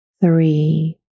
three